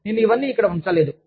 నేను ఇవన్నీ ఇక్కడ ఉంచలేదు